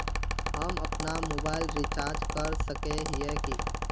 हम अपना mobile recharge कर सकय हिये की?